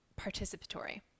participatory